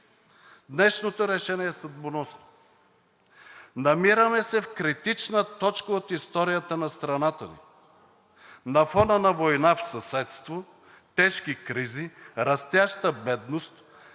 Днешното решение е съдбоносно. Намираме се в критична точка от историята на страната ни на фона на война в съседство, тежки кризи, растяща бедност.